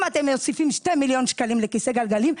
אם אתם מוסיפים 2 מיליון שקלים לכיסא גלגלים,